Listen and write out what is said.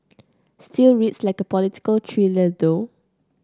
still reads like a political thriller though